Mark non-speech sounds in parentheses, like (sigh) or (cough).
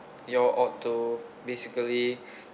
you're ought to basically (breath)